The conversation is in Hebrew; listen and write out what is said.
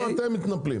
מה אתם מתנפלים?